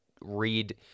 read